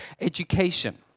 education